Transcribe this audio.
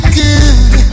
good